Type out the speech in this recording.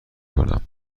کنم